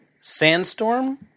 Sandstorm